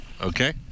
Okay